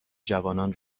جوانان